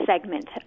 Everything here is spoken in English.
segment